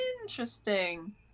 Interesting